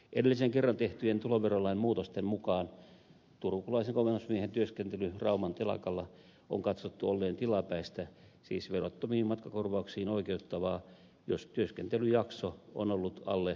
edellisen kerran tehtyjen tuloverolain muutosten mukaan turkulaisen komennusmiehen työskentelyn rauman telakalla on katsottu olleen tilapäistä siis verottomiin matkakorvauksiin oikeuttavaa jos työskentelyjakso on ollut alle kaksi vuotta